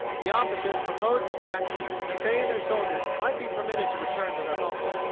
the officers proposed to jackson that they and their soldiers might be permitted to return to their homes,